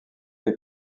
les